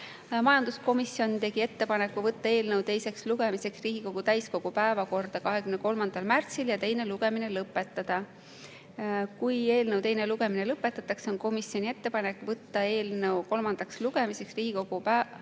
Majanduskomisjon tegi ettepaneku võtta eelnõu teiseks lugemiseks Riigikogu täiskogu päevakorda 23. märtsiks ja teine lugemine lõpetada. Kui eelnõu teine lugemine lõpetatakse, on komisjoni ettepanek võtta eelnõu kolmandaks lugemiseks Riigikogu